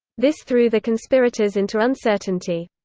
this threw the conspirators into uncertainty.